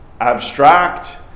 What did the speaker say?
abstract